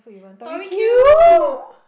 Tori-Q